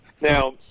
Now